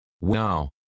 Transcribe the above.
Wow